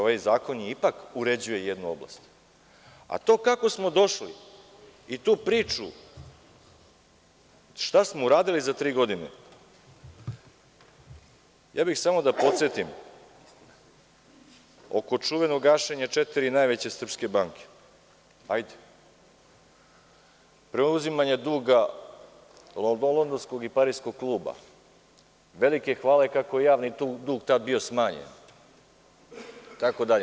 Ovaj zakon ipak uređuje jednu oblast, a to kako smo došli i tu priču šta smo uradili za tri godine, samo bih podsetio oko čuvenog gašenja četiri najveće srpske banke, preuzimanja duga Londonskog i Pariskog kluba, velike hvale kako je javni dug tada bio smanjen itd.